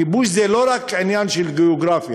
כיבוש זה לא רק עניין של גיאוגרפיה,